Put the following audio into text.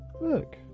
look